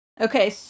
okay